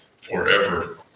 forever